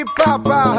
papa